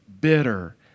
bitter